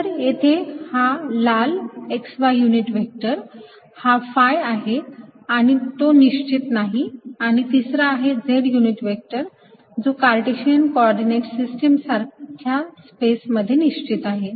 तर येथे हा लाल x y युनिट व्हेक्टर हा phi आहे आणि तो निश्चित नाही आणि तिसरा आहे z युनिट व्हेक्टर जो कार्टेशियन कोऑर्डिनेट सिस्टीम सारखा स्पेस मध्ये निश्चित आहे